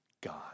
God